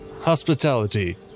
Hospitality